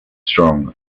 strong